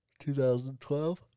2012